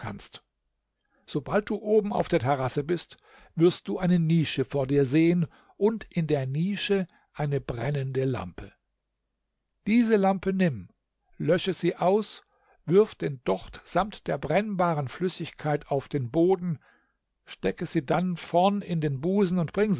sobald du oben auf der terrasse bist wirst du eine nische vor dir sehen und in der nische eine brennende lampe diese lampe nimm lösche sie aus wirf den docht samt der brennbaren flüssigkeit auf den boden stecke sie dann vom in den busen und bring